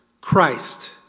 Christ